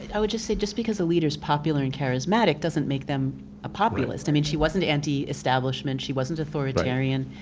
i would just say, just because a leader's popular and charismatic doesn't make them a populist. right. i mean, she wasn't anti-establishment, she wasn't authoritarian.